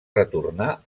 retornar